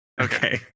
Okay